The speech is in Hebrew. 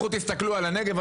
לכו תסתכלו על הנגב.